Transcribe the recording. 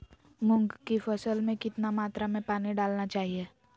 मूंग की फसल में कितना मात्रा में पानी डालना चाहिए?